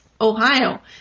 Ohio